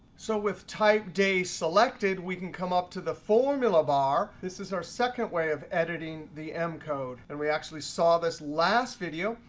so with type day selected, we can come up to the formula bar. this is our second way of editing the m code. and we actually saw this last video.